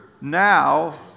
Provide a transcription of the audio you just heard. now